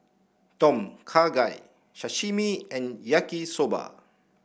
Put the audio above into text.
Tom Kha Gai Sashimi and Yaki Soba